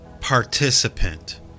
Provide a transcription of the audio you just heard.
participant